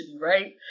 right